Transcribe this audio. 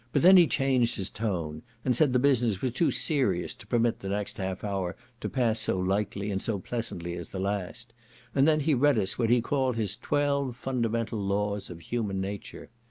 but then he changed his tone, and said the business was too serious to permit the next half hour to pass so lightly and so pleasantly as the last and then he read us what he called his twelve fundamental laws of human nature.